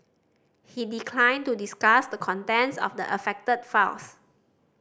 he declined to discuss the contents of the affected files